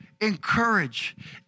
encourage